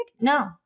no